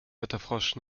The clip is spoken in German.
wetterfrosch